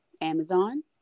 Amazon